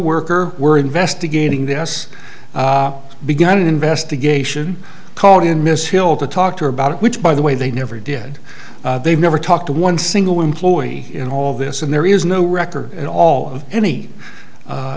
worker we're investigating this began an investigation called in miss hill to talk to her about it which by the way they never did they've never talked to one single employee in all this and there is no record at all of any